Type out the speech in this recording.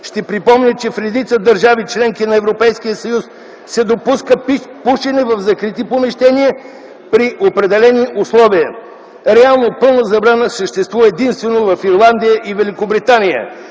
Ще припомня, че в редица държави - членки на Европейския съюз, се допуска тютюнопушене в закрити помещения при определени условия. Реално пълна забрана съществува единствено в Ирландия и във Великобритания,